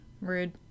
rude